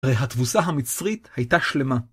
הרי התבוסה המצרית הייתה שלמה.